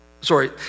sorry